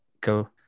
go